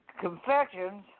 confections